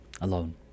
alone